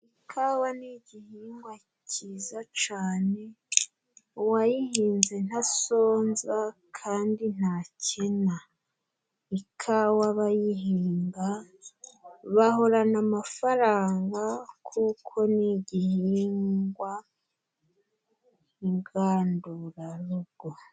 Ikawa ni igihingwa cyiza cyane, uwayihinze ntasonza kandi ntakena. Ikawa abayihinga bahorana amafaranga, kuko ni igihingwa ngandurarugo.